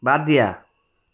বাদ দিয়া